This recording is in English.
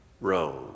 Rome